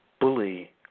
bully